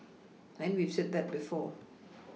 then we've said that before